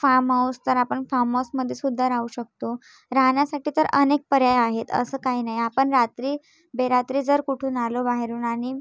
farm house तर आपण farm माऊसमध्येसुद्धा राहू शकतो राहण्यासाठी तर अनेक पर्याय आहेत असं काही नाही आपण रात्री बेरात्री जर कुठून आलो बाहेरून आणि